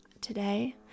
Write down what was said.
today